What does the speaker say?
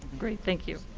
great. thank you.